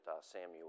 Samuel